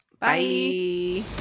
Bye